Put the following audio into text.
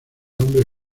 hombres